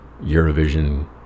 Eurovision